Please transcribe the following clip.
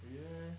really meh